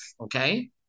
Okay